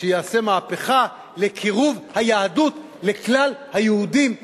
שיעשה מהפכה לקירוב היהדות לכלל היהודים,